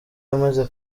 yamaze